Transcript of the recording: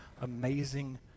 Amazing